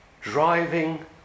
driving